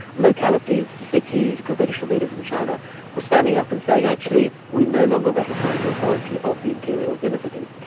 localities, cities, provincial leaders in china were standing up and saying, actually we no longer recognise the authority of the imperial dynasty,